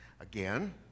Again